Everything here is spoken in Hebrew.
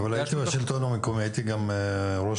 אבל הייתי בשלטון המקומי, הייתי גם ראש